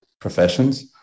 professions